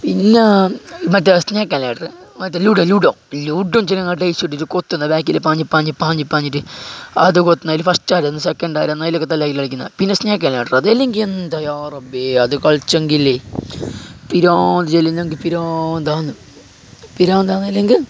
പിന്നെ മറ്റേ snake and ladder മറ്റേ ലുഡോ ലുഡോ കൊത്തുന്ന ബാക്കിൽ പാഞ്ഞ് പാഞ്ഞ് പാഞ്ഞ് പാഞ്ഞിട്ട് അത് കൊത്തുന്നതിൽ ഫസ്റ്റ് ആരാന്നു സെക്കൻറ്റ് ആരെന്നും പിന്നെ സ്നേക് ആൻഡ് ലാഡറ് അതില്ലെങ്കിൽ എന്താകുക റബ്ബേ അത് കളിച്ചെങ്കിലേ പിരാന്തെന്ന് വെച്ചുകഴിഞ്ഞാൽ എനിക്ക് പിരാന്ത് ആകുന്ന് പിരാന്ത് ആകുന്ന് അല്ലെങ്കിൽ